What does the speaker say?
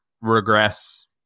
regress